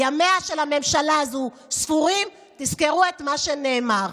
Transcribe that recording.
ימיה של הממשלה הזו ספורים, תזכרו את מה שנאמר.